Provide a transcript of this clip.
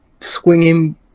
swinging